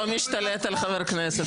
לא משתלט על חבר כנסת,